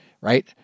right